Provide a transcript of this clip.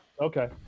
Okay